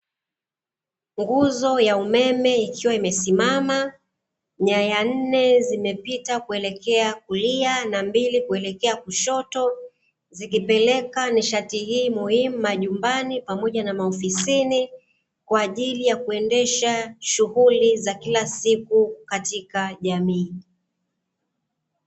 Nguzo ya umeme, ikiwa imesimama nyaya nne zimepita kuelekea kulia na mbili kuelekea kushoto, zikipeleka nishati hii muhimu majumbani pamoja na maofisini, kwa ajili ya kuendesha shughuli za kila siku katika jamii.